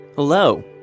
Hello